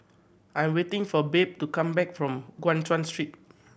I'm waiting for Babe to come back from Guan Chuan Street